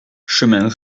chemin